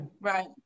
Right